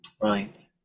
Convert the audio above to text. Right